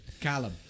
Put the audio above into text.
Callum